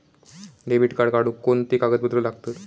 Debit card काढुक कोणते कागदपत्र लागतत?